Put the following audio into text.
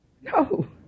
No